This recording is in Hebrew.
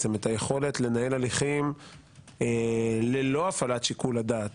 היכולת לנהל הליכים ללא הפעלת שיקול הדעת